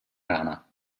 rana